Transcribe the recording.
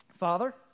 Father